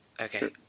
Okay